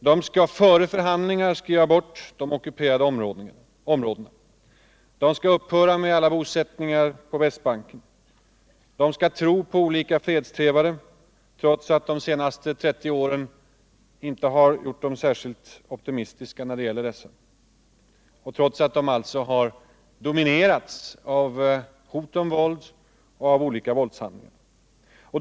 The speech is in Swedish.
Den skall före förhandlingar skriva bort de ockuperade områdena, den skall upphöra med alla bosättningar på Västbanken och den skall tro på olika fredstrevare, trots att de senaste trettio åren inte har gjort israelerna särskilt optimistiska när det gäller sådana och trots att dessa år har dominerats av hot om våld och av olika våldshandlingar.